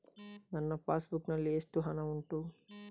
ನನ್ನ passbook ನಲ್ಲಿ ಎಷ್ಟು ಹಣ ಉಂಟು?